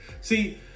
see